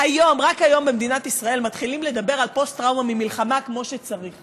רק היום במדינת ישראל מתחילים לדבר על פוסט-טראומה ממלחמה כמו שצריך.